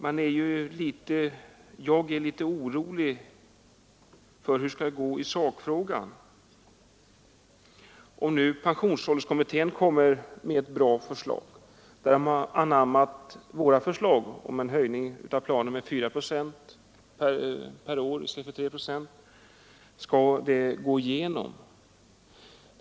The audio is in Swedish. Jag är dock litet orolig för hur det skall gå i sakfrågan. Om nu pensionsålderskommittén kommer med ett bra förslag, sedan den anammat vårt förslag om en höjning av 4 procent per år i stället för 3, bör det gå igenom.